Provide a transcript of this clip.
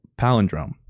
palindrome